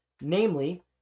Namely